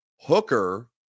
Hooker